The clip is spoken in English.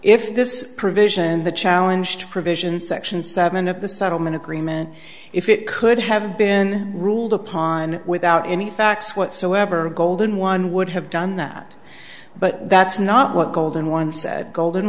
this provision the challenge provisions section seven of the settlement agreement if it could have been ruled upon without any facts whatsoever golden one would have done that but that's not what golden one said golden